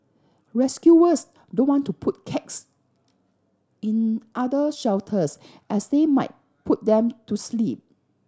rescuers don't want to put cats in other shelters as they might put them to sleep